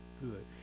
good